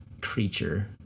creature